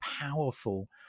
powerful